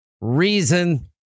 reason